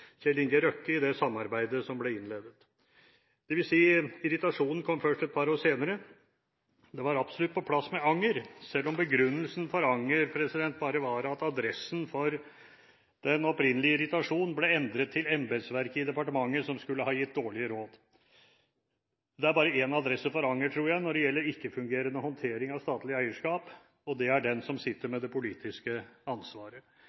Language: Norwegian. Kjell Inge Røkke i det samarbeidet som ble innledet, dvs. irritasjonen kom først et par år senere. Det var absolutt på plass med anger, selv om begrunnelsen for anger bare var at adressen for den opprinnelige irritasjonen ble endret til embetsverket i departementet, som skulle ha gitt dårlige råd. Det er bare en adresse for anger, tror jeg, når det gjelder ikke-fungerende håndtering av statlig eierskap, og det er den som sitter med det politiske ansvaret.